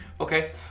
Okay